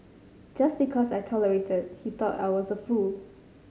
just because I tolerated he thought I was a fool